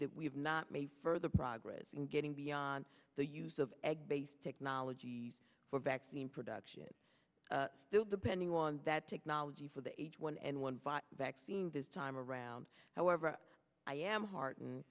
that we have not made further progress in getting beyond the use of egg based technologies for vaccine production still depending on that technology for the h one n one virus vaccine this time around however i am heart